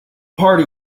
party